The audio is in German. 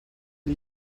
die